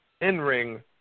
in-ring